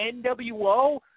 NWO